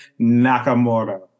Nakamura